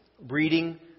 breeding